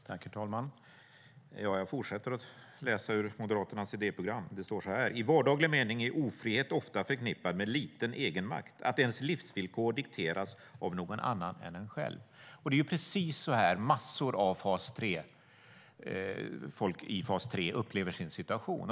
Herr talman! Jag fortsätter att läsa ur Moderaternas idéprogram. Det står så här: I vardaglig mening är ofrihet ofta förknippat med liten egen makt, att ens livsvillkor dikteras av någon annan än en själv. Det är ju precis så här som massor av folk i fas 3 upplever sin situation.